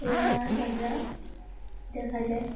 এই নাচ আমরা দেখা যায়